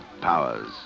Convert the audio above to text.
powers